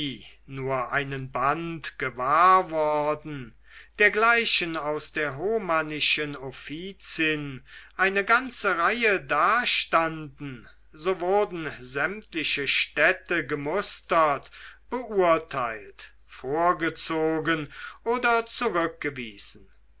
nur einen band gewahr worden dergleichen aus der homannischen offizin eine ganze reihe dastanden so wurden sämtliche städte gemustert beurteilt vorgezogen oder zurückgewiesen